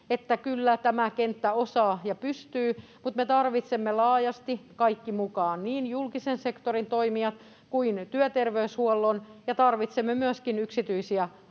että kyllä tämä kenttä osaa ja pystyy, mutta me tarvitsemme laajasti kaikki mukaan, niin julkisen sektorin toimijat kuin työterveyshuollon, ja tarvitsemme myöskin yksityisiä